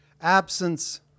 Absence